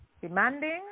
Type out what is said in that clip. demanding